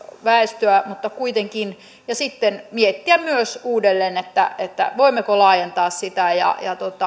väestöä mutta kuitenkin ja sitten miettiä myös uudelleen voimmeko laajentaa sitä ja